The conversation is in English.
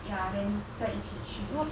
ya then 再一起去